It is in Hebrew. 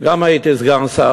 הייתי סגן שר.